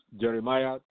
Jeremiah